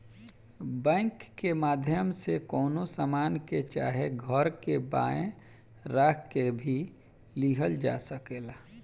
bank के माध्यम से कवनो सामान के चाहे घर के बांहे राख के भी लिहल जा सकेला